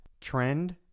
trend